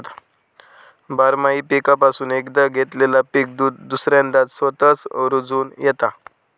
बारमाही पीकापासून एकदा घेतलेला पीक दुसऱ्यांदा स्वतःच रूजोन येता